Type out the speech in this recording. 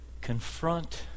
Confront